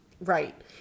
right